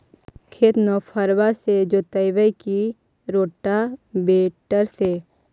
खेत नौफरबा से जोतइबै की रोटावेटर से?